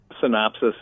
synopsis